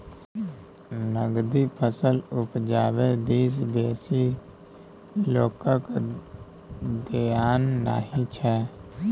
नकदी फसल उपजाबै दिस बेसी लोकक धेआन नहि छै